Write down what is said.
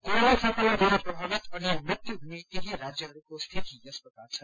corona संक्रमणद्वारा प्रभावित अनि मृत्यु हुने केही राज्यहरूको स्थिति यस प्रकार छन्